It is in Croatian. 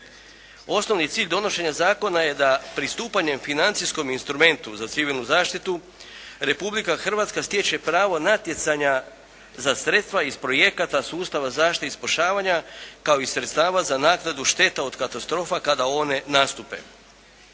Osnovni cilj donošenja zakona je da pristupanjem financijskom instrumentu za civilnu zaštitu Republika Hrvatska stječe pravo natjecanja za sredstva iz projekata sustava zaštite i spašavanja kao i sredstava za naknadu šteta od katastrofa kada one nastupe.